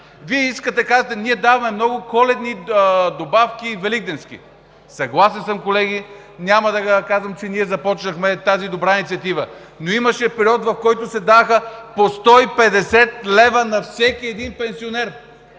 Вие казвате: „Ние даваме много коледни и великденски добавки“ – съгласен съм, колеги. Няма да казвам, че ние започнахме тази добра инициатива. Но имаше период, в който се даваха по 150 лв. на всеки пенсионер!